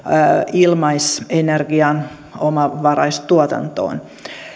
ilmaisenergian omavaraistuotantoon